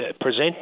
present